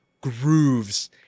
grooves